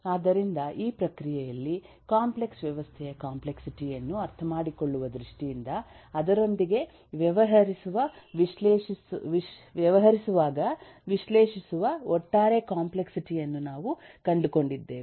ಆದ್ದರಿಂದ ಈ ಪ್ರಕ್ರಿಯೆಯಲ್ಲಿ ಕಾಂಪ್ಲೆಕ್ಸ್ ವ್ಯವಸ್ಥೆಯ ಕಾಂಪ್ಲೆಕ್ಸಿಟಿ ಯನ್ನು ಅರ್ಥಮಾಡಿಕೊಳ್ಳುವ ದೃಷ್ಟಿಯಿಂದ ಅದರೊಂದಿಗೆ ವ್ಯವಹರಿಸುವಾಗ ವಿಶ್ಲೇಷಿಸುವ ಒಟ್ಟಾರೆ ಕಾಂಪ್ಲೆಕ್ಸಿಟಿ ಯನ್ನು ನಾವು ಕಂಡುಕೊಂಡಿದ್ದೇವೆ